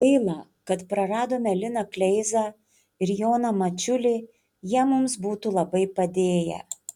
gaila kad praradome liną kleizą ir joną mačiulį jie mums būtų labai padėję